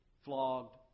flogged